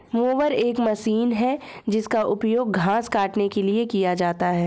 mower एक मशीन है जिसका उपयोग घास काटने के लिए किया जाता है